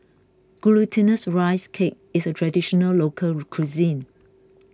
Glutinous Rice Cake is a Traditional Local Cuisine